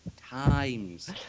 times